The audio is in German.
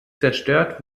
zerstört